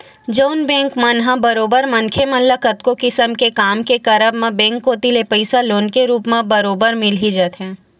जउन बेंक मन ह बरोबर मनखे मन ल कतको किसम के काम के करब म बेंक कोती ले पइसा लोन के रुप म बरोबर मिल ही जाथे